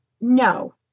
No